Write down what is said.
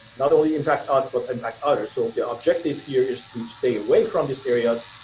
not only impact us, but impact others, so the ah objective here is to stay away from these areas.